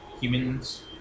humans